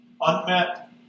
Unmet